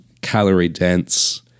calorie-dense